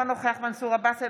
אינו נוכח מנסור עבאס,